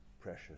precious